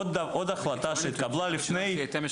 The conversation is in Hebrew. עוד החלטה שהתקבלה לפני --- אתם יש